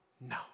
No